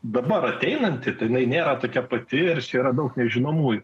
dabar ateinanti tenai nėra tokia pati ir čia yra daug nežinomųjų